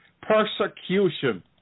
Persecution